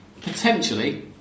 Potentially